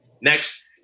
Next